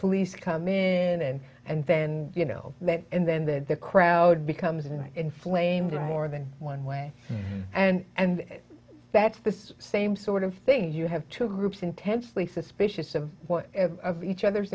police come in and and then you know and then that the crowd becomes an inflamed and more than one way and and that's this same sort of thing you have two groups intensely suspicious of each other's